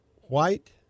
White